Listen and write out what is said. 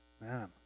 man